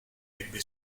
ebbe